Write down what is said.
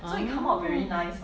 oh